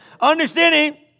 Understanding